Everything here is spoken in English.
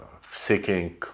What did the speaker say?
seeking